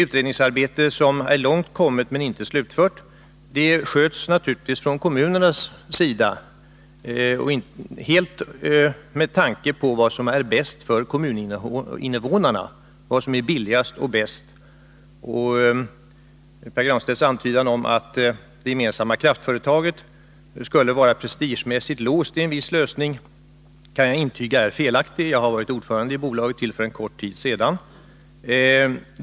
Utredningsarbetet, som är långt kommet men inte slutfört, sköts från kommunernas sida naturligtvis helt med tanke på vad som är billigast och bäst för kommuninvånarna. Pär Granstedts antydan om att det gemensamma kraftföretaget skulle vara prestigemässigt låst vid en viss lösning är, kan jag intyga, helt felaktig. Jag har varit ordförande i bolaget till för en kort tid sedan.